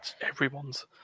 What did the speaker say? everyone's